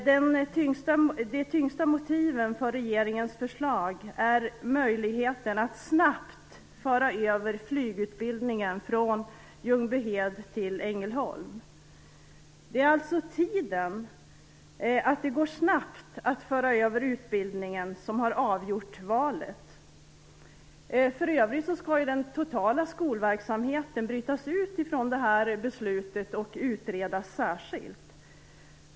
De tyngsta motiven för regeringens förslag är möjligheten att snabbt föra över flygutbildningen från Ljungbyhed till Ängelholm. Det är alltså tiden, att det går snabbt att föra över utbildningen, som har avgjort valet. För övrigt skall den totala skolverksamheten brytas ut från beslutet och utredas särskilt.